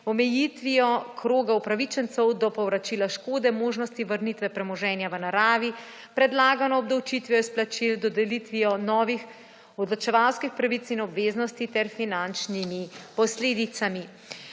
omejitvijo kroga upravičencev do povračila škode, možnostjo vrnitve premoženja v naravi, predlagano obdavčitvijo izplačil, dodelitvijo novih odločevalskih pravic in obveznosti ter finančnimi posledicami.